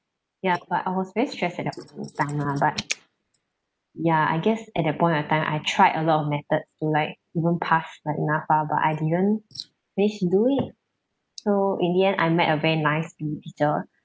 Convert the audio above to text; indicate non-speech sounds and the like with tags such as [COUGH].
ya but I was very stressed at that point of time lah but ya I guess at that point of time I tried a lot of methods to like even pass my NAPFA but I didn't manage to do it so in the end I met a very nice teacher [BREATH]